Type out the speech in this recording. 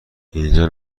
اینجا